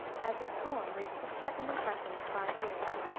as his poem reached its second impression in five years